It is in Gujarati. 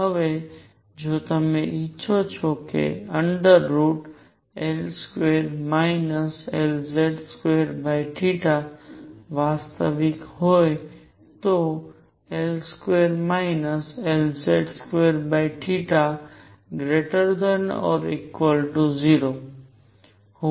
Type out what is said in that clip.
હવે જો તમે ઇચ્છો છો કે L2 Lz2 વાસ્તવિક હોય તોL2 Lz2 ≥0